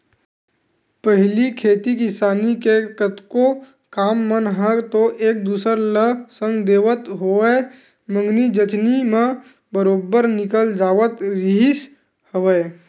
पहिली खेती किसानी के कतको काम मन ह तो एक दूसर ल संग देवत होवय मंगनी जचनी म बरोबर निकल जावत रिहिस हवय